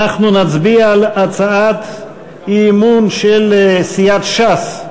אנחנו נצביע על הצעת אי-אמון של סיעת ש"ס,